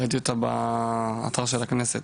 ראיתי אותה באתר של הכנסת.